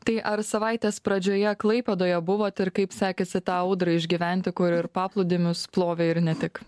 tai ar savaitės pradžioje klaipėdoje buvot ir kaip sekėsi tą audrą išgyventi kur ir paplūdimius plovė ir ne tik